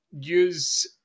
use